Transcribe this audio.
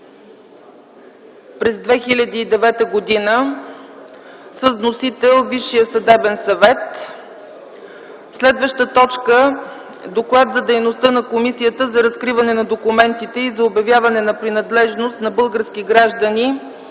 през 2009 г. с вносител – Висшият съдебен съвет. Следваща точка – Доклад за дейността на Комисията за разкриване на документите и за обявяване на принадлежност на български граждани